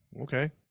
Okay